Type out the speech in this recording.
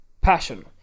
passion